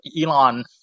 Elon